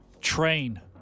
Train